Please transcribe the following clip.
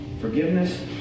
forgiveness